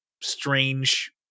strange